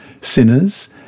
sinners